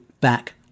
back